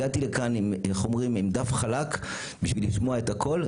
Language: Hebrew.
הגעתי לכאן עם דף חלק בשביל לשמוע את הכול,